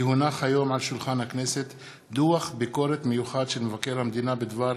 כי הונח היום על שולחן הכנסת דוח ביקורת מיוחד של מבקר המדינה בדבר